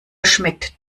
schmeckt